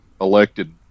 elected